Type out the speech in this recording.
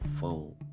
phone